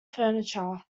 furniture